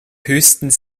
höchstens